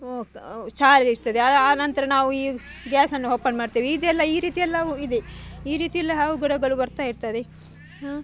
charge ಇರ್ತದೆ ಆ ಆ ನಂತರ ನಾವು ಈ ಗ್ಯಾಸನ್ನು ಓಪನ್ ಮಾಡ್ತೇವೆ ಇದೆಲ್ಲ ಈ ರೀತಿಯೆಲ್ಲಾ ಇದೆ ಈ ರೀತಿಯೆಲ್ಲಾ ಅವಘಡಗಳು ಬರ್ತಾ ಇರ್ತದೆ